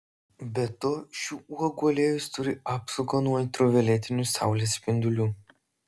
be to šių uogų aliejus turi apsaugą nuo ultravioletinių saulės spindulių